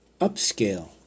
upscale